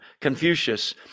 Confucius